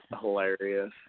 hilarious